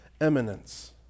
eminence